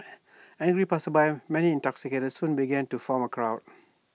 angry passersby many intoxicated soon began to form A crowd